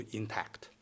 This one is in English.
intact